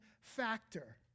factor